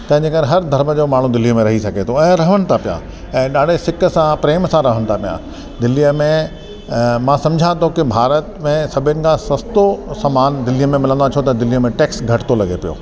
तंहिंजे करे हर धर्म जो माण्हू दिल्लीअ में रही सघे थो ऐं रहनि था पिया ऐं ॾाढे सिक सां प्रेम सां रहनि था पिया दिल्लीअ में मां सम्झा थो की भारत में सभिनि खां सस्तो सामान दिल्लीअ में मिलंदो आहे छो त दिल्लीअ में टैक्स घटि थो लॻे पियो